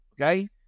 Okay